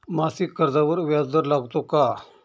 मासिक कर्जावर व्याज दर लागतो का?